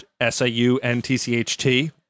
S-A-U-N-T-C-H-T